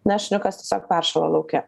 na šniukas tiesiog peršalo lauke